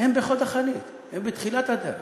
הן בחוד החנית, הן בתחילת הדרך.